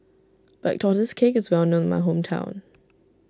Black Tortoise Cake is well known in my hometown